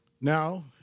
Now